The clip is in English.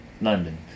London